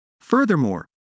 Furthermore